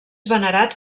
venerat